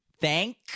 Thank